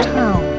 town